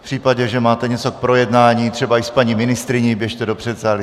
V případě, že máte něco k projednání, třeba i s paní ministryní, běžte do předsálí.